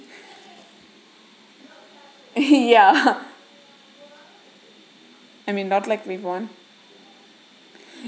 ya I mean not like we won